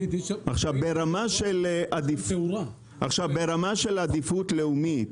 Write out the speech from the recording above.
ברמה של עדיפות לאומית,